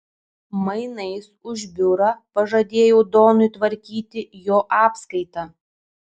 mainais už biurą pažadėjau donui tvarkyti jo apskaitą